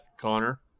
Connor